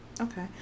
Okay